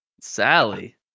Sally